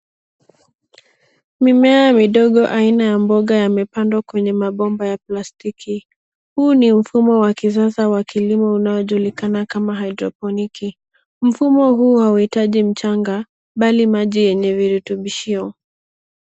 Mimea midogo aina ya mboga yamepandwa kwenye mabomba ya plastiki. Huu ni mfumo wa kisasa wa kilimo unaojulikana kama hydroponiki. Mfumo huu hautaji mchanga, bali maji yenye virutubishio.